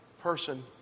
person